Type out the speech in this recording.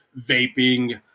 vaping